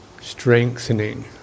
strengthening